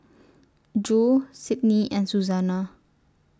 Jule Sydnie and Suzanna